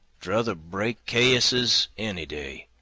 druther break cayuses any day,